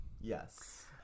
Yes